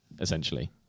essentially